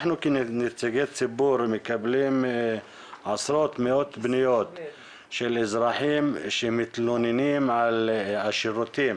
אנחנו כנציגי ציבור מקבלים מאות פניות של אזרחים שמתלוננים על השירותים